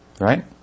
Right